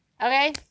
okay